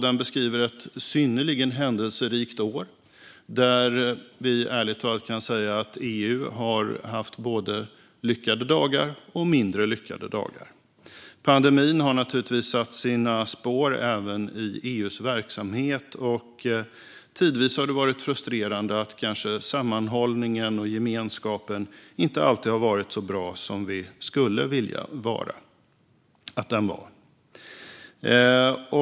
Den beskriver ett synnerligen händelserikt år - vi kan ärligt säga att EU har haft både lyckade och mindre lyckade dagar. Pandemin har naturligtvis satt sina spår även i EU:s verksamhet, och tidvis har det varit frustrerande att sammanhållningen och gemenskapen inte alltid har varit så bra som vi skulle vilja.